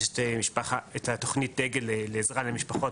אז יש את תוכנית הדגל לעזרה למשפחות,